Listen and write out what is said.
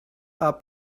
are